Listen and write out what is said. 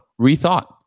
rethought